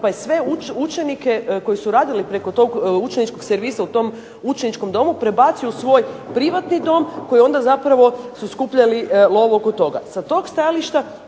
pa je sve učenike koji su radili preko tog učeničkog servisa u tom učeničkom domu prebacio u svoj privatni dom koji onda zapravo su skupljali lovu oko toga.